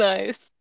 Nice